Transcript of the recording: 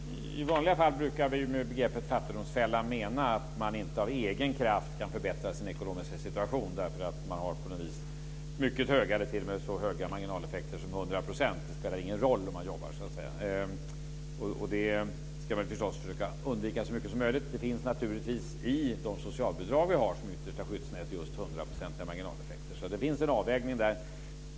Fru talman! I vanliga fall brukar vi med begreppet fattigdomsfälla mena att man inte av egen kraft kan förbättra sin ekonomiska situation därför att man har mycket höga marginaleffekter, t.o.m. så höga som 100 %. Det spelar ingen roll hur man jobbar, så att säga. Det ska vi förstås försöka undvika så mycket som möjligt. Det finns naturligtvis i de socialbidrag vi har som yttersta skyddsnät just hundraprocentiga marginaleffekter. Det finns alltså en avvägning där.